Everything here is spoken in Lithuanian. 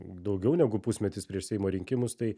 daugiau negu pusmetis prieš seimo rinkimus tai